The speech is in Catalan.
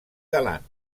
galant